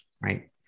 right